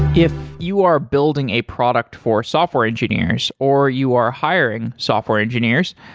if you are building a product for software engineers, or you are hiring software engineers,